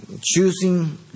choosing